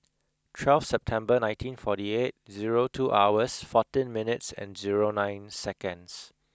twelve September nineteen forty eight zero two hours fourteen minutes and zero nine seconds